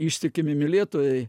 ištikimi mylėtojai